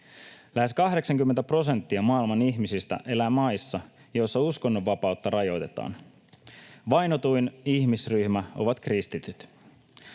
Lähes 80 prosenttia maailman ihmisistä elää maissa, joissa uskonnonvapautta rajoitetaan. Vainotuin ihmisryhmä on kristityt.